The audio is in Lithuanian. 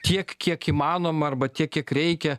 tiek kiek įmanoma arba tiek kiek reikia